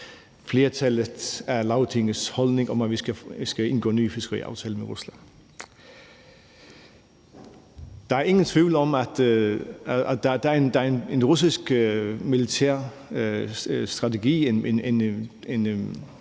flertallet af Lagtingets holdning om, at vi skal indgå nye fiskeriaftaler med Rusland. Der er ingen tvivl om, at der er en russisk militær strategi,